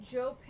Joe